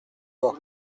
bains